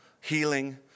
healing